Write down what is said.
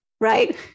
Right